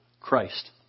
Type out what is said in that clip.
Christ